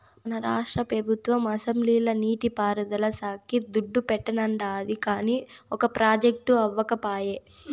మన రాష్ట్ర పెబుత్వం అసెంబ్లీల నీటి పారుదల శాక్కి దుడ్డు పెట్టానండాది, కానీ ఒక ప్రాజెక్టు అవ్యకపాయె